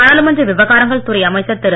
நாடாளுமன்ற விவகாரங்கள் துறை அமைச்சர் திரு